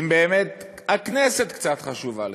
אם באמת הכנסת קצת חשובה לך,